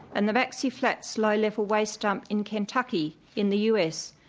and the maxey flats low level waste dump in kentucky in the us,